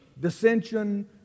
dissension